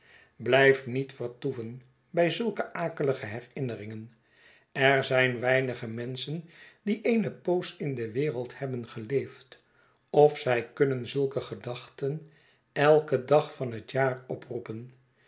blijf niet vertoeven bij zulke akelige herinneringen er zijn weinige menschen die eene poos in de wereld hebben geleefd of zij kunnen zulke gedachten elken dag van het jaar oproepen